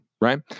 right